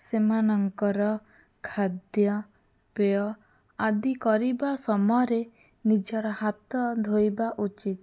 ସେମାନଙ୍କର ଖାଦ୍ୟପେୟ ଆଦି କରିବା ସମୟରେ ନିଜର ହାତ ଧୋଇବା ଉଚିତ୍